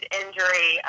injury